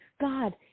god